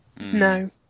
No